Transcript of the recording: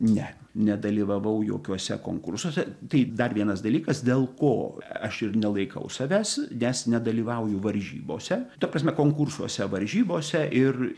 ne nedalyvavau jokiuose konkursuose tai dar vienas dalykas dėl ko aš ir nelaikau savęs nes nedalyvauju varžybose ta prasme konkursuose varžybose ir